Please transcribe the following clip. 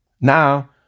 Now